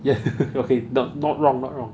ya okay not not wrong not wrong